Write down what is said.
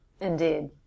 Indeed